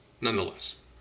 nonetheless